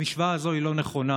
המשוואה הזאת היא לא נכונה,